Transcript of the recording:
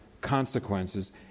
consequences